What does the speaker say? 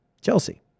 chelsea